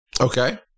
Okay